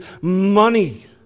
money